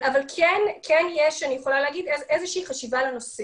אבל אני יכולה להגיד שכן יש חשיבה על הנושא.